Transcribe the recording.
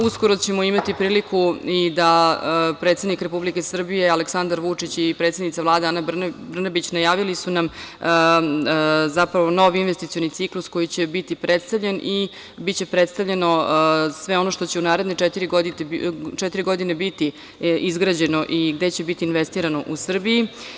Uskoro ćemo imati priliku da predsednik Republike Srbije, Aleksandra Vučić i predsednica Vlade, Ana Brnabić najavili su nam zapravo nov investicioni ciklus koji će biti predstavljen i biće predstavljeno sve ono što će u naredne četiri godine biti izgrađeno i gde će biti investirano u Srbiji.